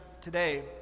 today